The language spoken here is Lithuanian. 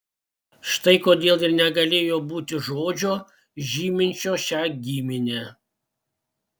štai kodėl ir negalėjo būti žodžio žyminčio šią giminę